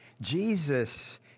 Jesus